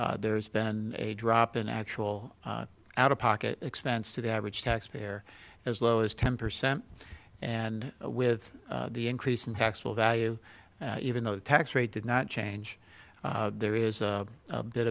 there's been a drop in actual out of pocket expense to the average taxpayer as low as ten percent and with the increase in tax will value even though the tax rate did not change there is a bit